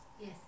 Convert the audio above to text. Yes